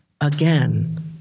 again